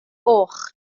goch